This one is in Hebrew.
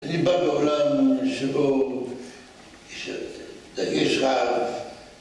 אני בא מעולם שבו יש, אה, דגש רב